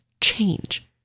change